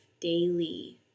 daily